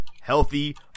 healthy